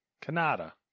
Canada